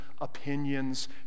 opinions